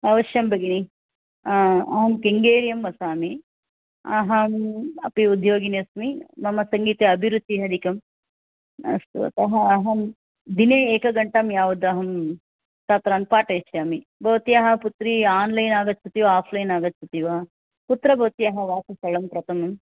अवश्यं भगिनि अहं किङ्गेर्यां वसामि अहम् अपि उद्योगिनी अस्मि मम सङ्गीते अभिरुचिः अधिकम् अस्तु अतः अहं दिने एकघण्टां यावदहं छात्रान् पाठयिष्यामि भवत्याः पुत्री आन्लैन् आगच्छति वा आफ़्लैन् आगच्छति वा कुत्र भवत्याः वासस्थलं प्रथमम्